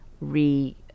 re